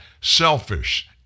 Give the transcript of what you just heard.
selfish